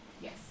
Yes